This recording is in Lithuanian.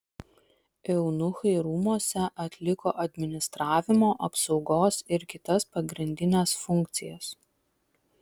eunuchai rūmuose atliko administravimo apsaugos ir kitas pagrindines funkcijas